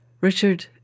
Richard